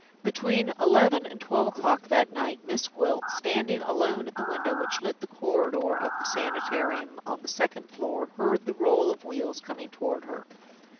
between eleven and twelve o'clock that night, miss gwilt, standing alone at the window which lit the corridor of the sanitarium on the second floor, heard the roll of wheels coming toward her.